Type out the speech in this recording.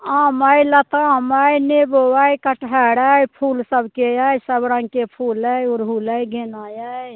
आम अइ लताम अइ नेबो अइ कटहर अइ फूल सबके अइ सबरङके फूल अइ उड़हूल अइ गेना अइ